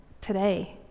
today